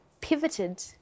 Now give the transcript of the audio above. pivoted